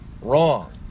wrong